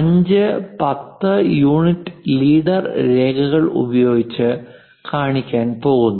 5 10 unit leader രേഖകൾ ഉപയോഗിച്ച് കാണിക്കാൻ പോകുന്നു